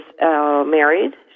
married